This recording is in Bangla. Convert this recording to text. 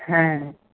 হ্যাঁ